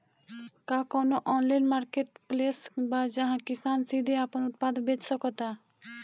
का कोनो online marketplace बा जहां किसान सीधे अपन उत्पाद बेच सकता?